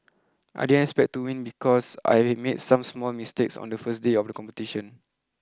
I didn't expect to win because I made some small mistakes on the first day of the competition